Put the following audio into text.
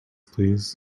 please